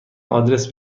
آدرس